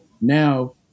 Now